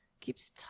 Keeps